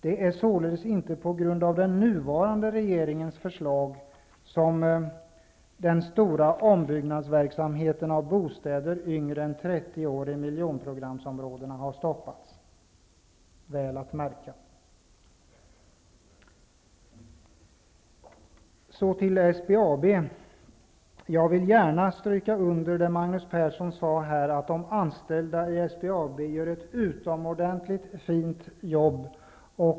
Det är således inte på grund av den nuvarande regeringens förslag som den stora ombyggnadsverksamheten beträffande bostäder yngre än 30 år i miljonprogramsområdena har stoppats -- väl att märka! Sedan något om SPAB. Jag vill verkligen understryka det som Magnus Persson sade här, nämligen att de anställda hos SPAB gör ett utomordentligt fint jobb.